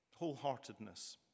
wholeheartedness